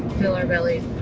fill our bellies.